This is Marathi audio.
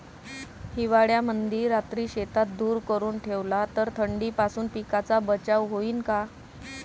हिवाळ्यामंदी रात्री शेतात धुर करून ठेवला तर थंडीपासून पिकाचा बचाव होईन का?